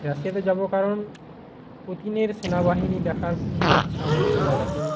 রাশিয়াতে যাবো কারণ পুতিনের সেনাবাহিনী দেখার খুবই ইচ্ছা আমার ছোটোবেলা থেকে